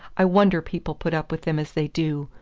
i wonder people put up with them as they do,